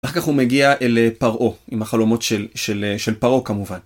ואחר כך הוא מגיע לפרעה עם החלומות של פרעה כמובן.